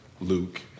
Luke